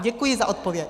Děkuji za odpověď.